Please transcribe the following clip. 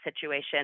situation